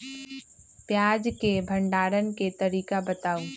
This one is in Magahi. प्याज के भंडारण के तरीका बताऊ?